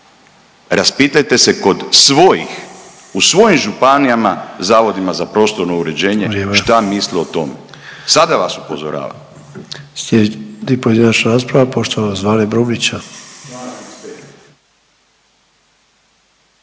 Raspitajte se kod svojih, u svojim županijama, zavodima za prostorno uređenje…/Upadica Sanader: Vrijeme/…šta misle o tom, sada vas upozoravam.